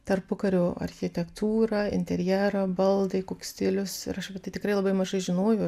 tarpukario architektūrą interjerą baldai koks stilius ir aš apie tai tikrai labai mažai žinojau